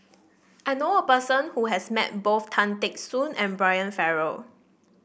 I knew a person who has met both Tan Teck Soon and Brian Farrell